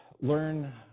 learn